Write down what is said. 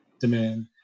demand